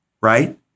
right